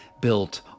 built